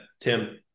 tim